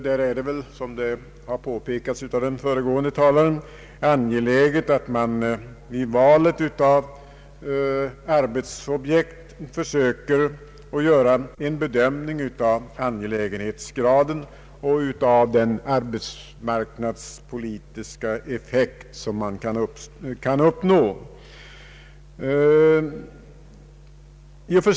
Där är det, som påpekats av den föregående talaren, angeläget att man vid valet av objekt försöker att göra en bedömning av angelägenhetsgraden och av den arbetsmarknadspolitiska effekt som man kan uppnå.